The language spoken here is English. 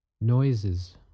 noises